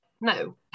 no